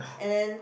and then